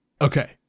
Okay